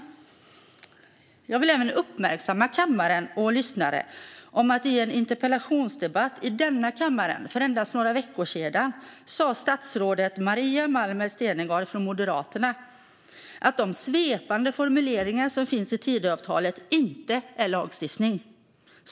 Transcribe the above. Jag vill även uppmärksamma kammaren och lyssnarna på detta: I en interpellationsdebatt i denna kammare för endast några veckor sedan sa statsrådet Maria Malmer Stenergard från Moderaterna att de svepande formuleringar som finns i Tidöavtalet inte är lagstiftning.